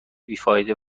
بیفایده